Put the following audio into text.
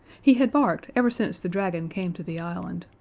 he had barked ever since the dragon came to the island,